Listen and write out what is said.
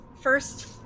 first